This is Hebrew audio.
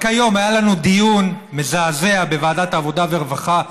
רק היום היה לנו דיון מזעזע בוועדת העבודה והרווחה,